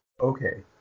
okay